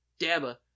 Dabba